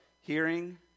Hearing